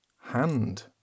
hand